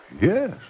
Yes